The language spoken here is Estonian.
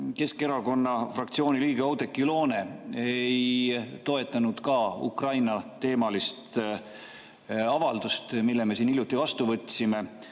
Keskerakonna fraktsiooni liige Oudekki Loone ei toetanud Ukraina-teemalist avaldust, mille me siin hiljuti vastu võtsime,